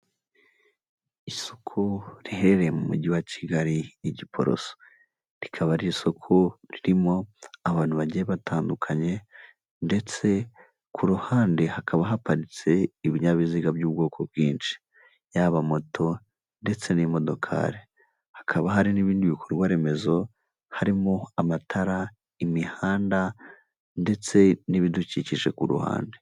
Isoko riherereye mu mujyi wa Kigali igiporoso. Rikaba ari isoko ririmo abantu bagiye batandukanye ndetse ku ruhande hakaba haparitse ibinyabiziga by'ubwoko bwinshi. Yaba moto ndetse n'imodokari. Hakaba hari n'ibindi bikorwa remezo harimo amatara, imihanda ndetse n'ibidukikije ku ruhande.